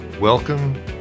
Welcome